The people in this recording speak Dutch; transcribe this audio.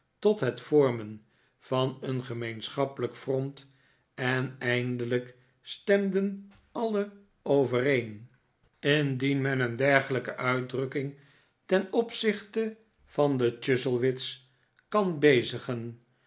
tot het vormen van een gemeenschappelijk front en eindelijk stemden alien overeen indien men een dergelijke uitdrukking ten opzichte van de chuzzlewit's kan bezigen